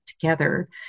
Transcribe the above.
together